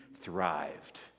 thrived